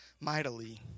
mightily